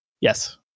Yes